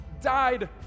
died